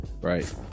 right